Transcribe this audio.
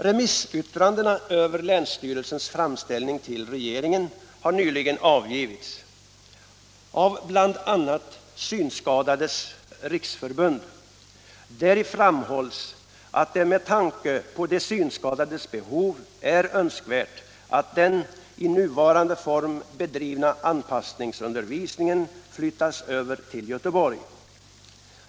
Remissyttrandena över länsstyrelsens framställning till regeringen har nyligen avgivits av bl.a. Synskadades riksförbund. Däri framhålls att det med tanke på de synskadades behov är önskvärt att den i nuvarande form bedrivna anpassningsundervisningen flyttas över till Göteborg.